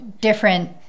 different